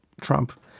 Trump